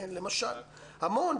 המון,